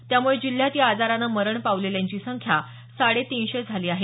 त्यामुळे जिल्ह्यात या आजारानं मरण पावलेल्यांची संख्या साडेतीनशे झाली आहे